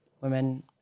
Women